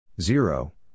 Zero